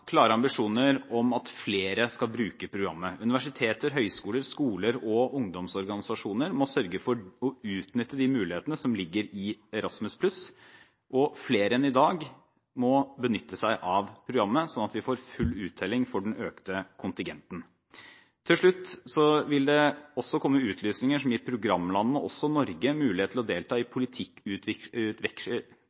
klare ambisjoner om at flere skal bruke programmet. Universiteter, høyskoger, skoler og ungdomsorganisasjoner må sørge for å utnytte de mulighetene som ligger i Erasmus+, og flere enn i dag må benytte seg av programmet, sånn at vi får full uttelling for den økte kontingenten. Til slutt: Det vil også komme utlysninger som gir programlandene – også Norge – mulighet til å delta i